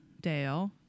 Dale